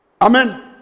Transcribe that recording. Amen